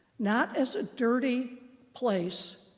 not as a dirty place,